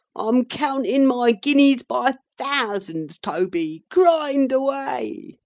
i'm counting my guineas by thousands, toby grind away!